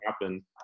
happen